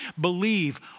Believe